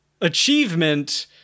achievement